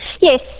Yes